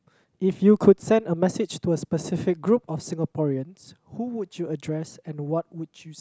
if you could send a message to a specific group of Singaporeans who would you address and what would you